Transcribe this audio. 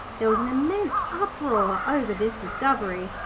there was an immense uproar over this discovery,